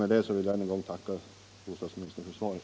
Med detta vill jag än en gång tacka bostadsministern för svaret.